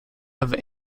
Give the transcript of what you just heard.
have